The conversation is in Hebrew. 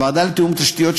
הוועדה לתיאום תשתיות,